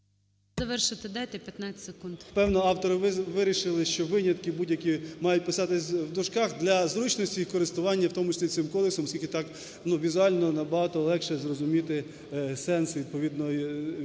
Напевно, автори вирішили, що винятки будь-які мають писатись в дужках для зручності в користуванні, в тому числі цим кодексом, оскільки так, візуально, набагато легше зрозуміти сенс відповідного положення.